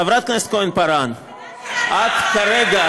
חברת הכנסת כהן-פארן, את כרגע